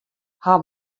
hawwe